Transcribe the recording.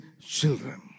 children